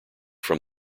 from